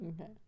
Okay